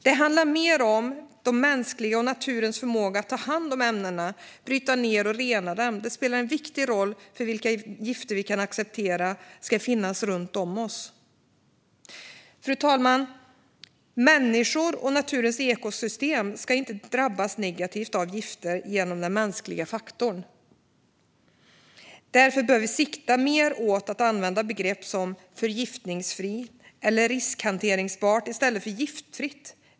Det handlar mer om människans och naturens förmåga att ta hand om ämnena, bryta ned dem och rena dem. Detta spelar en viktig roll för vilka gifter vi kan acceptera att ha runt om oss. Granskning av kommissionens meddelande om en kemikaliestrategi för hållbarhet Fru talman! Varken människor eller naturens ekosystem ska drabbas negativt av gifter genom den mänskliga faktorn. Därför bör vi sikta mer på att använda begrepp som "förgiftningsfritt" eller "riskhanteringsbart" i stället för "giftfritt".